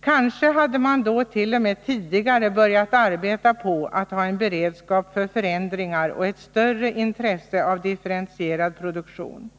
Kanske hade man dåt.o.m. tidigare börjat arbeta på att ha en beredskap för förändringar och ett större intresse av differentierad produktion.